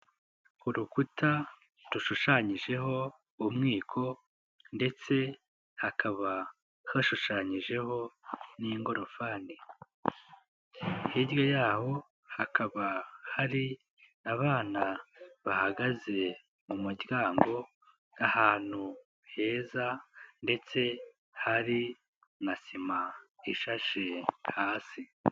Urukuta rushushanyijeho umwiko ndetse hakaba hashushanyijeho n'ingorofani. Hirya yaho hakaba hari abana bahagaze mu muryango ahantu heza ndetse hari na sima ishashe hasi.